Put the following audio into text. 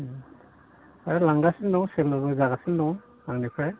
आरो लांगासिनो दं सेलफोरबो जागासिनो दं आंनिफ्राय